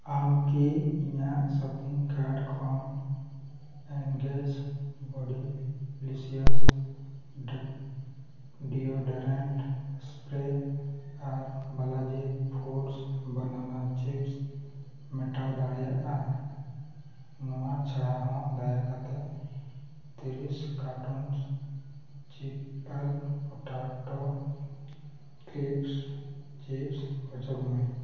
ᱟᱢᱠᱤ ᱤᱧᱟᱹᱜ shopping card ᱠᱷᱚᱱ ᱮᱱᱜᱮᱡᱽ ᱵᱚᱰᱤ ᱞᱤᱥᱤᱭᱟᱥ ᱵᱤᱭᱳᱰᱳᱨᱟᱱᱴ ᱥᱯᱨᱮ ᱟᱨ ᱵᱟᱞᱟᱡᱤ ᱯᱷᱩᱰᱥ ᱵᱮᱱᱟᱱᱟ ᱪᱤᱯᱥ ᱢᱮᱴᱟᱣ ᱫᱟᱲᱮᱭᱟᱜᱼᱟ ᱱᱚᱣᱟ ᱪᱷᱟᱲᱟ ᱦᱚᱸ ᱫᱟᱭᱟ ᱠᱟᱛᱮᱫ ᱛᱤᱨᱤᱥ ᱠᱟᱨᱴᱩᱱᱥ ᱪᱤᱡᱽᱯᱟ ᱯᱚᱴᱟᱴᱳ ᱠᱨᱤᱥᱯᱥ ᱪᱤᱯᱥ ᱚᱪᱚᱜᱽᱢᱮ